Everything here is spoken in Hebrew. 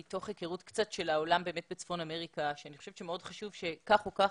מתוך היכרות קצת של העולם בצפון אמריקה שאני חושבת שמאוד חשוב שכך או כך